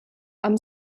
auch